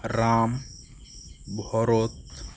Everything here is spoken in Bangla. রাম ভরত